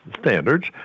standards